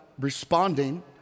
responding